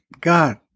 God